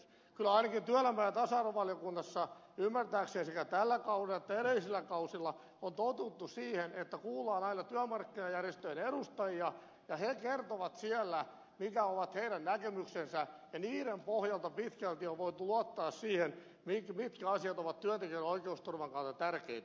kyllä ainakin työelämä ja tasa arvovaliokunnassa ymmärtääkseni sekä tällä kaudella että edellisillä kausilla on totuttu siihen että kuullaan aina työmarkkinajärjestöjen edustajia ja he kertovat mitkä ovat heidän näkemyksensä ja niiden pohjalta pitkälti on voitu luottaa siihen mitkä asiat ovat työntekijöiden oikeusturvan kannalta tärkeitä